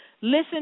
Listen